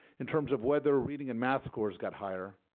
in terms of whether reading and math scores got higher,